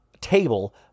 table